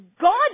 God